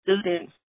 students